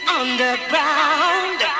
underground